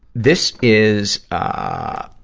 this is, ah,